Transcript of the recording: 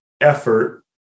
effort